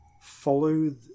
follow